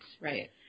Right